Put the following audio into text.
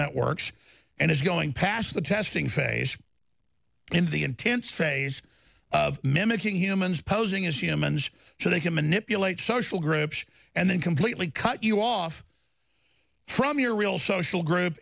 networks and is going past the testing phase in the intense phase of mimicking humans posing as humans so they can manipulate social groups and then completely cut you off from your real social group